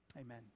Amen